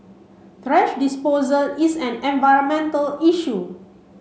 thrash disposal is an environmental issue